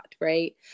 right